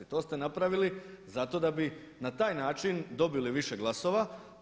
To ste napravili zato da bi na taj način dobili više glasova.